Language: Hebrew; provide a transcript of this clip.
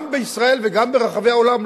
גם בישראל וגם ברחבי העולם,